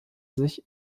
sich